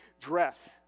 dress